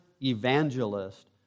evangelist